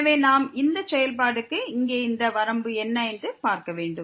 எனவே நாம் இந்த செயல்பாடுக்கு இங்கே இந்த வரம்பு என்ன என்று பார்க்க வேண்டும்